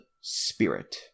Spirit